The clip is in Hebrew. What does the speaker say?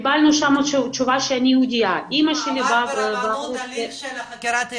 קיבלנו תשובה שאני יהודייה --- עברת ברבנות על הליך של חקירת יהדות?